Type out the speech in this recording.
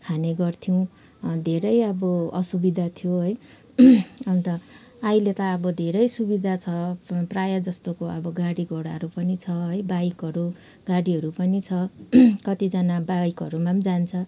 खाने गर्थ्यौँ धेरै अब असुविधा थियो है अन्त अहिले त अब धेरै सुविधा छ प्र प्रायः जस्तोको अब गाडीघोडाहरू पनि छ है बाइकहरू गाडीहरू पनि छ कतिजना बाइकहरूमा पनि जान्छ